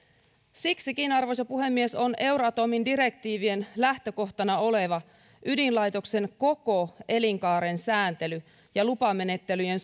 siksikin arvoisa puhemies on euratomin direktiivien lähtökohtana oleva ydinlaitoksen koko elinkaaren sääntely ja lupamenettelyjen